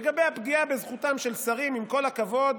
לגבי הפגיעה בזכותם של שרים, עם כל הכבוד,